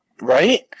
Right